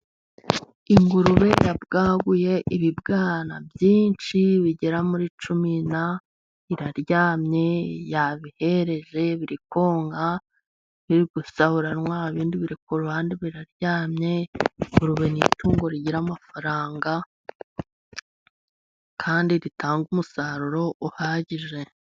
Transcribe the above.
Ingurube yabwaguye ibibwana byinshi bigera muri cumi na... Iraryamye yabihereje , biri konka , biri gusahuranwa , ibindi biri ku ruhande biraryamye . Ingurube ni itungo rigira amafaranga kandi ritanga umusaruro uhagije.